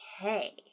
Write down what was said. Okay